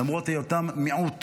למרות היותם מיעוט